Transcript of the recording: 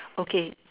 okay